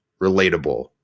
relatable